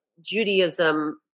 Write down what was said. Judaism